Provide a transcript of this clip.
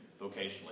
vocationally